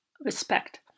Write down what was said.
respect